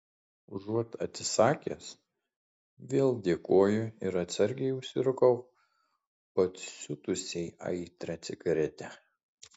užuot atsisakęs vėl dėkoju ir atsargiai užsirūkau pasiutusiai aitrią cigaretę